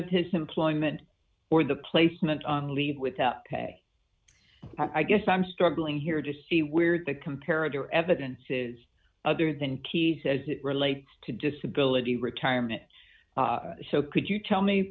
of his employment or the placement on leave without pay i guess i'm struggling here to see where to compare of your evidence is other than key as it relates to disability retirement so could you tell me